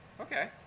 Okay